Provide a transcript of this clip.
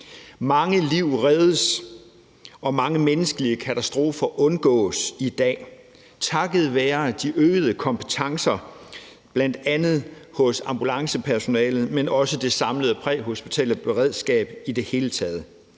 Mange liv reddes, og mange menneskelige katastrofer undgås i dag takket være de øgede kompetencer, bl.a. hos ambulancepersonalet, men også det samlede præhospitale beredskab i det hele taget.